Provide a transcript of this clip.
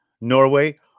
Norway